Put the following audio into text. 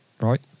right